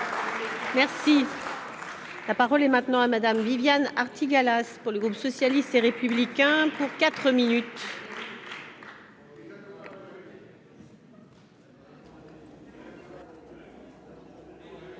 attention. La parole est maintenant à Madame Viviane Artigalas pour le groupe socialiste et républicain pour 4 minutes.